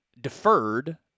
deferred